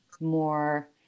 more